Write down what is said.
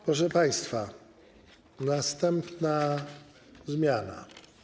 Proszę państwa, następna zmiana.